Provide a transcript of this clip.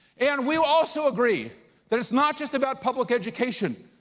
and we also agree that it's not just about public education,